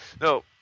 No